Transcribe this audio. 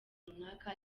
runaka